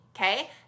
okay